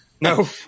No